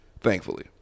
Thankfully